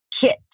kit